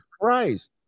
Christ